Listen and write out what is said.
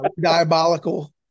diabolical